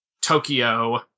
Tokyo